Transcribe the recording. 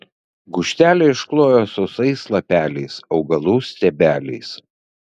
gūžtelę iškloja sausais lapeliais augalų stiebeliais